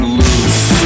loose